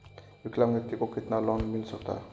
विकलांग व्यक्ति को कितना लोंन मिल सकता है?